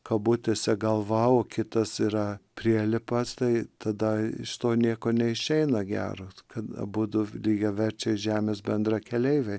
kabutėse galva kitas yra prielipas tai tada iš to nieko neišeina geras kad abudu lygiaverčiai žemės bendrakeleiviai